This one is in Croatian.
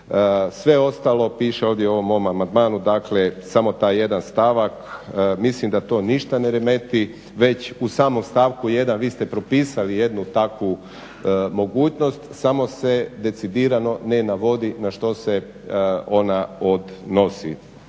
Sve ostali piše ovdje u ovom mom amandmanu, dakle samo taj jedan stavak. Mislim da to ništa ne remeti, već u samom stavku 1. vi ste propisali jednu takvu mogućnost, samo se decidirano ne navodi na što se ona odnosi.